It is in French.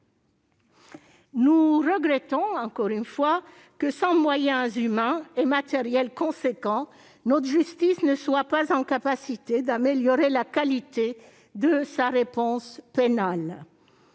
Nous regrettons, une fois encore, que sans moyens humains et matériels conséquents, notre justice ne soit pas en capacité d'améliorer la qualité de sa réponse pénale.